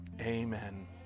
amen